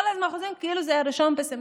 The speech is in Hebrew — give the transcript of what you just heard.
כל הזמן חושבים כאילו זה 1 בספטמבר.